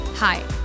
Hi